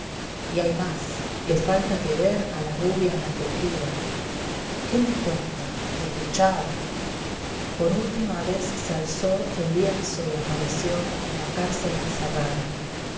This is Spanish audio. y hay más le falta que ver a la rubia en la crujida i qué me cuenta desdichada por última vez se alzó el lienzo y apareció en la cárcel encerrada